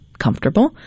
comfortable